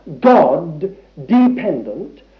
God-dependent